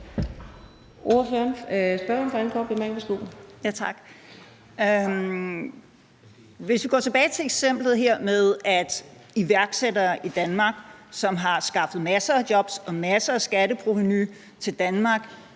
Hvis vi går tilbage til eksemplet her med, at iværksættere i Danmark, som har skaffet masser af jobs og masser af skatteprovenu til Danmark,